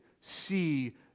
see